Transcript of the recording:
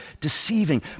deceiving